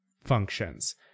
functions